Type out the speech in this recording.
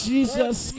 Jesus